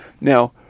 Now